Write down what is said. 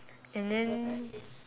and then